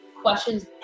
questions